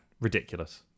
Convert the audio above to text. ridiculous